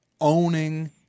owning